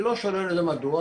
מדוע?